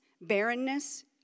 barrenness